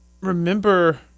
remember